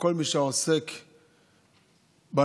לכל מי שעוסק בנושא: